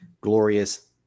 glorious